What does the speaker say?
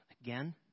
again